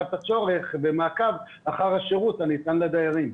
בשעת הצורך, במעקב אחר השירות הניתן לדיירים.